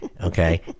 Okay